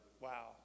Wow